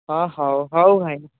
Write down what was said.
ହଁ ହଉ ହଉ ଭାଇ